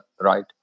right